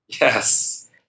Yes